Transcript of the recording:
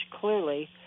clearly